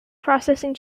processing